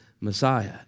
Messiah